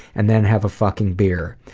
and then have a fucking beer.